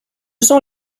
sont